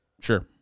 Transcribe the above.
Sure